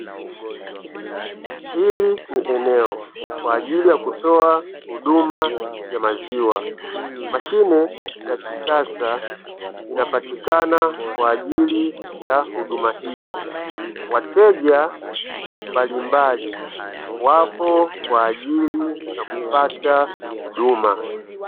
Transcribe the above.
Hili ni eneo kwa ajili ya kutoa huduma ya maziwa, mashine ya kisasa inapatikana kwa ajili ya huduma hiyo, wateja mbalimbali wako kwa ajili ya kupata huduma.